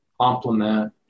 complement